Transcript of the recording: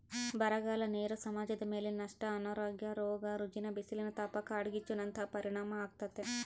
ಬರಗಾಲ ನೇರ ಸಮಾಜದಮೇಲೆ ನಷ್ಟ ಅನಾರೋಗ್ಯ ರೋಗ ರುಜಿನ ಬಿಸಿಲಿನತಾಪ ಕಾಡ್ಗಿಚ್ಚು ನಂತಹ ಪರಿಣಾಮಾಗ್ತತೆ